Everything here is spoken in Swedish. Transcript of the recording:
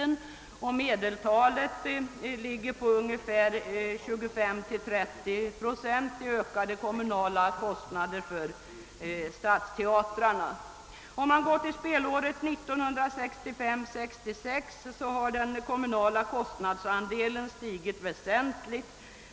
Medeltalet ligger på ungefär 25—30 procent i ökade kommunala kostnader för stadsteatrarna. Om man går till spelåret 1965/66 har den kommunala kostnadsandelen stigit väsentligt.